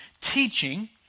teaching